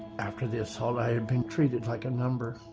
after the assault i had been treated like a number.